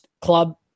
club